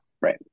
right